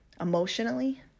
emotionally